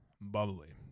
Bubbly